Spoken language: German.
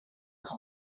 ist